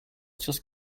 just